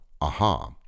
Aha